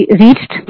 reached